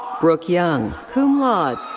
brooke young, cum laude.